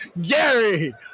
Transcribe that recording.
Gary